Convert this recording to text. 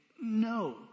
No